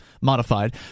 modified